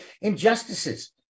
injustices